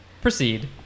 proceed